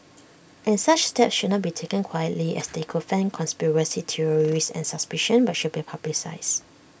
and such steps should not be taken quietly as they could fan conspiracy theories and suspicion but should be publicised